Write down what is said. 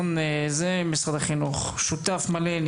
משרד החינוך שותף מלא בדיון,